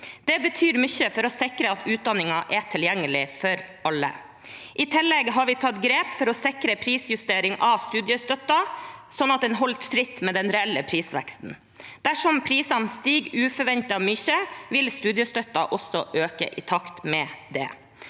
Det betyr mye for å sikre at utdanningen er tilgjengelig for alle. I tillegg har vi tatt grep for å sikre prisjustering av studiestøtten, sånn at den holder tritt med den reelle prisveksten. Dersom prisene stiger uventet mye, vil studiestøtten også øke i takt med det.